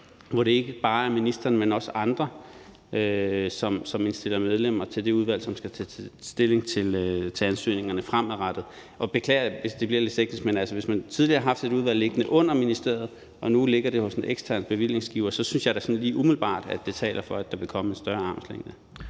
hvor det ikke bare er ministeren, men også andre, som indstiller medlemmer til det udvalg, som skal tage stilling til ansøgningerne fremadrettet. Jeg beklager, hvis det bliver lidt teknisk, men hvis man tidligere har haft et udvalg liggende under ministeriet, som nu ligger hos en ekstern bevillingsgiver, så synes jeg da sådan lige umiddelbart, at det taler for, at der vil komme en større armslængde.